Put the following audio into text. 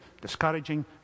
discouraging